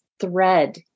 thread